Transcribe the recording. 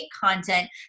content